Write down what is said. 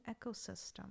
ecosystem